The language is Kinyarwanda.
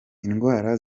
indwara